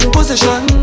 Position